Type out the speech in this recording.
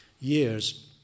years